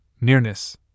nearness